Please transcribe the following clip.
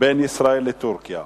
בין ישראל לטורקיה,